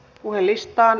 puhelistaan